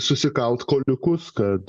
susikalt kuoliukus kad